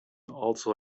also